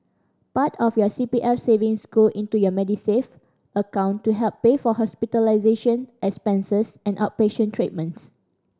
part of your C P F savings go into your Medisave account to help pay for hospitalization expenses and outpatient treatments